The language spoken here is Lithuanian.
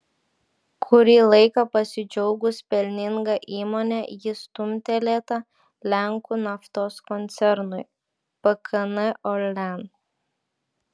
kurį laiką pasidžiaugus pelninga įmone ji stumtelėta lenkų naftos koncernui pkn orlen